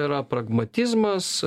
yra pragmatizmas